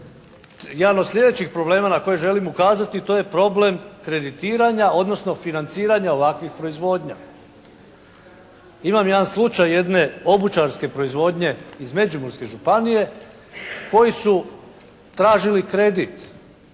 Jedan od sljedećih problema na koji želim ukazati to je problem kreditiranja, odnosno financiranja ovakvih proizvodnja. Imam jedan slučaj jedne obućarske proizvodnje iz Međimurske županije koji su tražili kredit